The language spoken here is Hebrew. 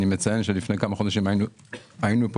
לפני כמה חודשים היינו פה,